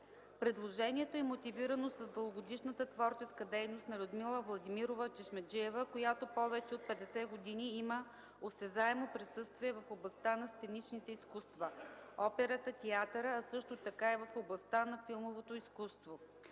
Предложението е мотивирано с дългогодишната творческа дейност на Людмила Владимирова Чешмеджиева, която повече от 50 години има осезаемо присъствие в областта на сценичните изкуства – оперетата, театъра, а също така и в областта на филмовото изкуство.